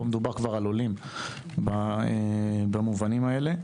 פה כבר מדובר בעולים במובנים האלה.